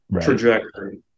trajectory